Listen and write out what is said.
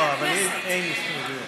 אין הסתייגויות.